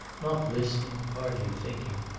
not listening, hardly thinking,